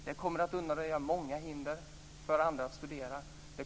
Det kommer att undanröja många hinder för studier.